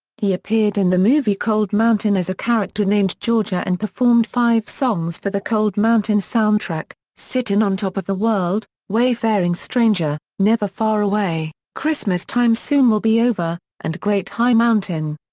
he appeared in the movie cold mountain as a character named georgia and performed five songs for the cold mountain soundtrack sittin' on top of the world, wayfaring stranger, never far away, christmas time soon will be over and great high mountain.